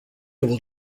will